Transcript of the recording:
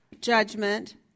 judgment